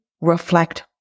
reflect